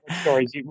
stories